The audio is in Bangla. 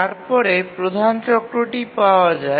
তারপরে প্রধান চক্রটি পাওয়া যায়